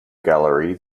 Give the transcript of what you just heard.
gallery